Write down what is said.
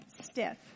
stiff